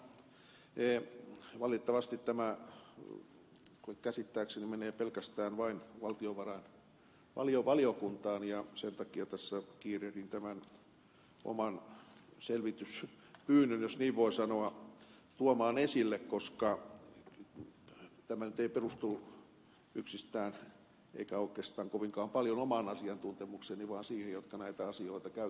mutta valitettavasti tämä käsittääkseni menee vain valtiovarainvaliokuntaan ja sen takia kiirehdin tämän oman selvityspyynnön jos niin voi sanoa tuomaan esille koska tämä ei nyt perustu yksistään eikä oikeastaan kovinkaan paljon omaan asiantuntemukseeni vaan niiden jotka näitä asioita käytännössä hoitavat